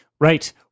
Right